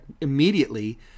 immediately